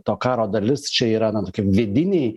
to karo dalis čia yra kaip vidiniai